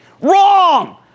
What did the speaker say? Wrong